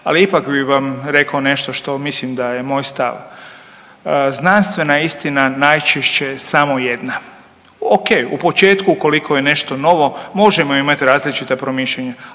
Ali ipak bi vam rekao nešto što mislim da je moj stav. Znanstvena istina najčešće je samo jedna. Ok, u početku ukoliko je nešto novo možemo imati različita promišljanja,